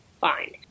Fine